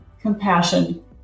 compassion